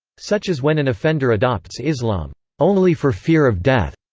such as when an offender adopts islam only for fear of death,